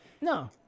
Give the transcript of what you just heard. no